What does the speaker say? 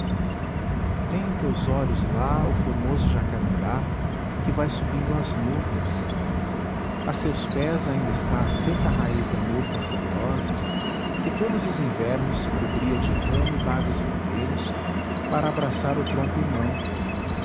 vêem teus olhos lá o formoso jacarandá que vai subindo às nuvens a seus pés ainda está a seca raiz da murta frondosa que todos os invernos se cobria de rama e bagos vermelhos para abraçar o tronco irmão